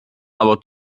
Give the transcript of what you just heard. aber